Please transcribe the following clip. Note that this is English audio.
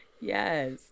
Yes